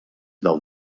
del